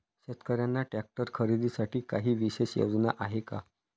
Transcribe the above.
शेतकऱ्यांना ट्रॅक्टर खरीदीसाठी काही विशेष योजना आहे का?